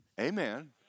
Amen